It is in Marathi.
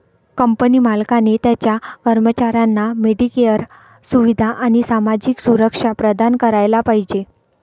कंपनी मालकाने त्याच्या कर्मचाऱ्यांना मेडिकेअर सुविधा आणि सामाजिक सुरक्षा प्रदान करायला पाहिजे